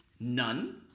None